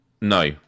No